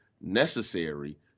necessary